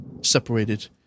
separated